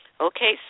Okay